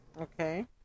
Okay